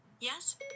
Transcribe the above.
Yes